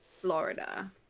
Florida